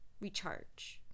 recharge